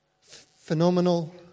phenomenal